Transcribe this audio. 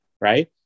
right